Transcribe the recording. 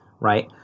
right